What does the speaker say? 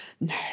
No